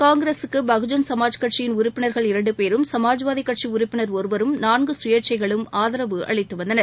காங்கிரஸூக்கு பகுஜன் சமாஜ் கட்சியின் உறுப்பினர்கள் இரண்டு பேரும் சமாஜ்வாதி கட்சி உறுப்பினர் ஒருவரும் நான்கு சுயேட்சைகளும் ஆதரவு அளித்து வந்தனர்